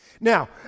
Now